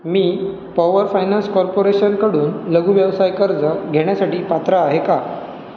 मी power finance कॉर्पोरेशनकडून लघुव्यवसाय कर्ज घेण्यासाठी पात्र आहे का